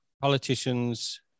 politicians